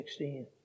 16